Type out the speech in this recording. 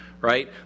right